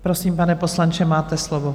Prosím, pane poslanče, máte slovo.